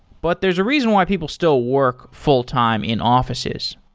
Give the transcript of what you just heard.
but there's a reason why people still work fulltime in offices.